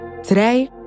Today